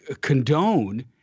condone